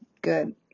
good